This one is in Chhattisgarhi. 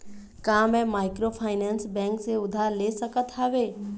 का मैं माइक्रोफाइनेंस बैंक से उधार ले सकत हावे?